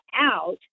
out